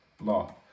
law